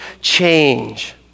change